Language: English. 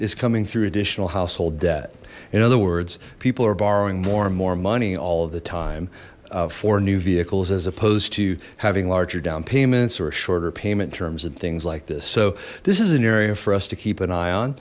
is coming through additional household debt in other words people are borrowing more and more money all the time for new vehicles as opposed to having larger down payments or shorter payment terms and things like this so this is an area for us to keep an eye on